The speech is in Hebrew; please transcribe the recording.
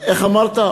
איך אמרת?